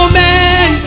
man